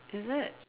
is it